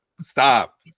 stop